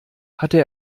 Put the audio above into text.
hatte